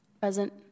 Present